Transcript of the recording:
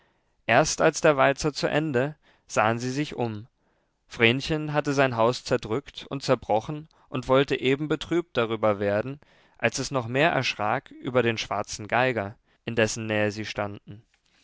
erst als der walzer zu ende sahen sie sich um vrenchen hatte sein haus zerdrückt und zerbrochen und wollte eben betrübt darüber werden als es noch mehr erschrak über den schwarzen geiger in dessen nähe sie standen